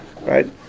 Right